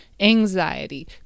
anxiety